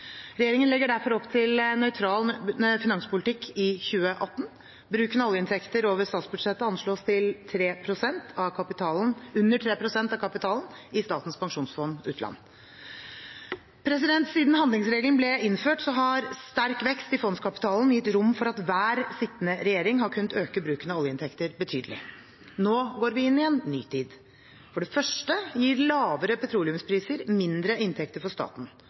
Regjeringen legger derfor opp til nøytral finanspolitikk i 2018. Bruken av oljeinntekter over statsbudsjettet anslås til under 3 pst. av kapitalen i Statens pensjonsfond utland. Siden handlingsregelen ble innført, har sterk vekst i fondskapitalen gitt rom for at hver sittende regjering har kunnet øke bruken av oljeinntekter betydelig. Nå går vi inn i en ny tid. For det første gir lavere petroleumspriser mindre inntekter for staten.